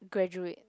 graduate